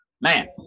man